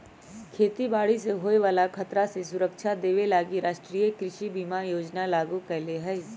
खेती बाड़ी से होय बला खतरा से सुरक्षा देबे लागी राष्ट्रीय कृषि बीमा योजना लागू कएले हइ